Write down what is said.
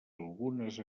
algunes